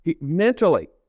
mentally